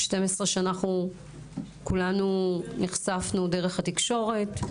12 שאנחנו נחשפנו דרך התקשורת.